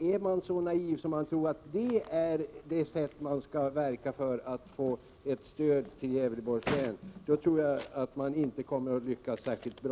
Är man så naiv att man tror att man på detta sätt kan få stöd till Gävleborgs län, kommer man nog inte att lyckas särskilt bra.